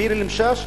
ביר-אל-משאש,